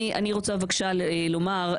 אני רוצה לומר,